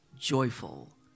joyful